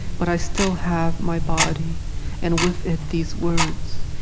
but i still have my body and with it these words,